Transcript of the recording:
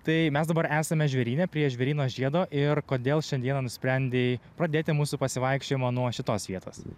tai mes dabar esame žvėryne prie žvėryno žiedo ir kodėl šiandieną nusprendei pradėti pasivaikščiojimą nuo šitos vietos